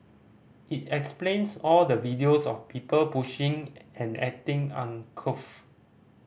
it explains all the videos of people pushing and acting uncouth